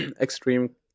extreme